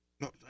No